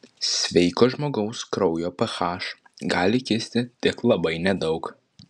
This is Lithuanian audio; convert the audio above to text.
sveiko žmogaus kraujo ph gali kisti tik labai nedaug